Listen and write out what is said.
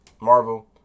Marvel